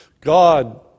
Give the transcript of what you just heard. God